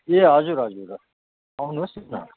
ए हजुर हजुर आउनुहोस् न